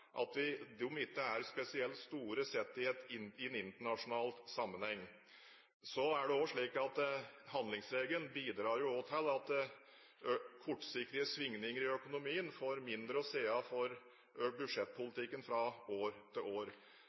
ikke er spesielt store sett i en internasjonal sammenheng. Det er også slik at handlingsregelen bidrar til at kortsiktige svingninger i økonomien får mindre å si for budsjettpolitikken fra år til år.